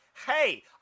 Hey